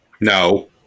No